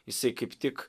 jisai kaip tik